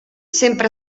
sempre